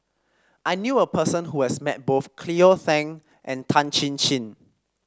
I knew a person who has met both Cleo Thang and Tan Chin Chin